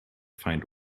find